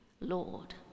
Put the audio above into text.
Lord